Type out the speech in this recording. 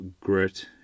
grit